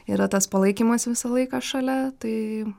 yra tas palaikymas visą laiką šalia tai